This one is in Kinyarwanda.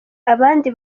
abandi